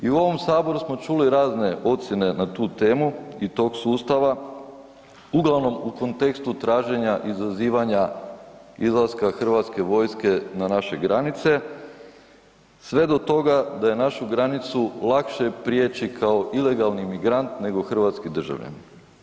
I u ovom Saboru smo čuli razne ocjene na tu temu i tog sustava, uglavnom u kontekstu traženja izazivanja izlaska hrvatske vojske na naše granice, sve do toga da je našu granicu lakše prijeći kao ilegalni migrant nego hrvatski državljanin.